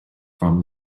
from